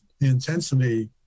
intensity